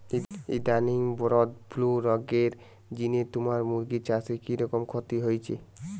ইদানিং bird flu রগের জিনে তুমার মুরগি চাষে কিরকম ক্ষতি হইচে?